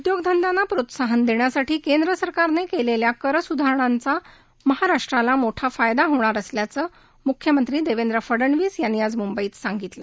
उद्योगांद्यांना प्रोत्साहन देण्यासाठी केंद्र सरकारने केलेल्या कर सुधारणांचा महाराष्ट्राला मोठा फायदा होणार असल्याचं मुख्यमंत्री देवेंद्र फडणवीस यांनी आज मुंबईत सांगितलं